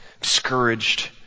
discouraged